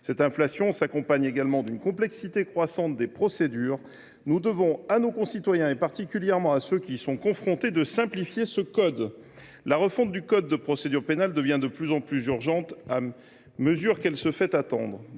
Cette inflation s’accompagne également d’une complexité croissante des procédures. Nous devons à nos concitoyens, particulièrement à ceux qui y sont confrontés, de simplifier ce code. La refonte du code de procédure pénale devient de plus en plus urgente à mesure qu’elle se fait attendre.